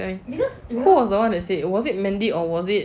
who was the one that say was it mandy or was it